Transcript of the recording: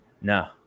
No